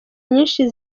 nyinshi